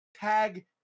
tag